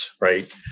right